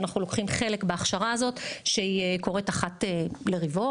אנחנו לוקחים חלק בהרצאה הזו שהיא מתרחשת אחת לרבעון,